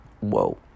Whoa